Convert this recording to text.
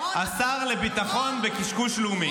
השר לביטחון וקשקוש לאומי.